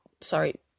sorry